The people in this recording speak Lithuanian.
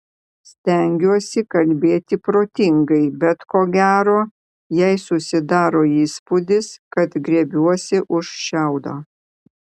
stengiuosi kalbėti protingai bet ko gero jai susidaro įspūdis kad griebiuosi už šiaudo